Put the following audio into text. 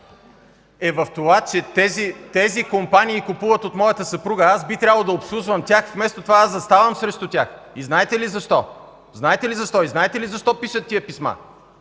е в това, че тези компании купуват от моята съпруга. Аз би трябвало да обслужвам тях, а вместо това заставам срещу тях! Знаете ли защо? Знаете ли защо пишат тези писма?